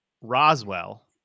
Roswell